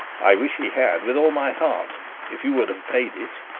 i wish he had with all my heart if you would have paid it.